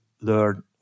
learn